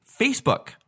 Facebook